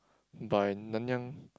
by Nanyang